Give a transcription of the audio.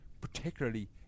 particularly